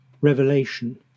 revelation